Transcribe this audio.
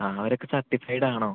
ആ അവര ഒക്കെ സർട്ടിഫൈഡ് ആണോ